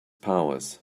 powers